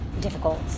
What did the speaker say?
difficult